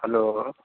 hello